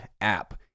App